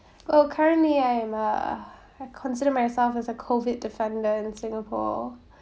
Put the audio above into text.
uh currently I'm a I consider myself as a COVID defender in singapore